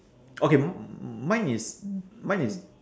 okay mine is mine is